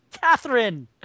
Catherine